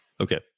Okay